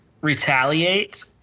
Retaliate